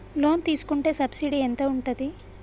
Loan తీసుకుంటే subsidy ఎంత ఉంటది?